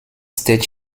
steht